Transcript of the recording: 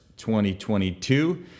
2022